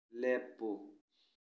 ꯂꯦꯞꯄꯨ